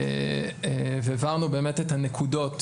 העברנו את הנקודות.